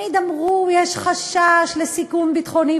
תמיד אמרו: יש חשש לסיכון ביטחוני.